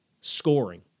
scoring